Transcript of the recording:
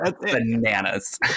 bananas